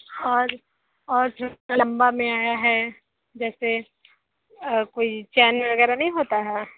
और और लंबा में आया है जैसे कोई चेन वगैरह नहीं होता है